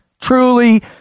Truly